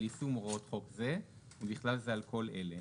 על יישום הוראות חוק זה ובכלל זה על כל אלה.